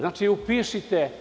Znači, upišite.